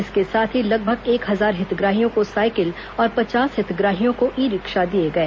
इसके साथ ही लगभग एक हजार हितग्राहियों को साइकिल और पचास हितग्राहियों को ई रिक्शा दिए गए